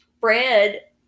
Fred